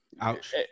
Ouch